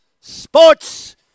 Sports